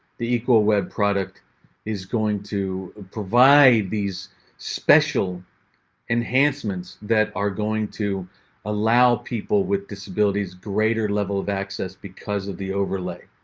the equal web product is going to provide these special enhancements that are going to allow people with disabilities greater level of access because of the overlay.